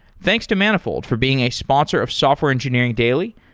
thanks to manifold for being a sponsor of software engineering daily,